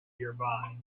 nearby